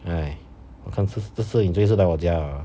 !hais! 我看这次你最后一次来我家了